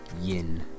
yin